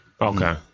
Okay